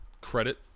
credit